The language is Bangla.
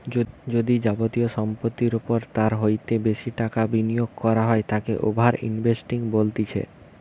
যদি যাবতীয় সম্পত্তির ওপর তার হইতে বেশি টাকা বিনিয়োগ করা হয় তাকে ওভার ইনভেস্টিং বলতিছে